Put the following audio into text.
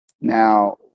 Now